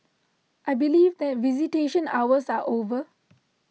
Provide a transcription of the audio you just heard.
I believe that visitation hours are over